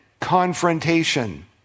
confrontation